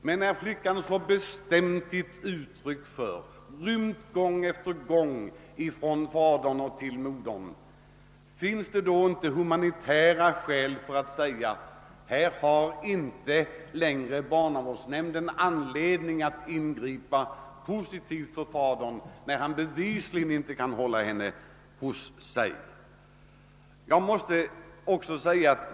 Men när flickan så bestämt visat sin vilja och rymt gång på gång från fadern till modern frågar man sig, om det inte finns humanitära skäl att anse att barnavårdsnämnden inte längre har någon anledning att ingripa till förmån för fadern; han kan bevisligen inte hålla henne kvar hos sig.